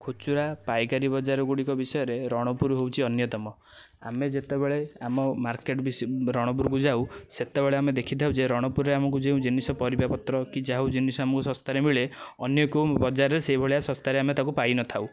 ଖୁଚୁରା ପାଇକାରୀ ବଜାରଗୁଡ଼ିକ ବିଷୟରେ ରଣପୁର ହେଉଛି ଅନ୍ୟତମ ଆମେ ଯେତେବେଳେ ଆମ ମାର୍କେଟ ବି ରଣପୁରକୁ ଯାଉ ସେତେବେଳେ ଆମେ ଦେଖିଥାଉ ଯେ ରଣପୁରରେ ଆମକୁ ଯେଉଁ ଜିନିଷ ପରିବାପତ୍ର କି ଯେଉଁ ଜିନିଷ ଆମକୁ ଶସ୍ତାରେ ମିଳେ ଅନ୍ୟ କେଉଁ ବଜାରରେ ସେହିଭଳିଆ ଶସ୍ତାରେ ଆମେ ପାଇନଥାଉ